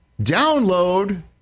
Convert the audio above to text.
download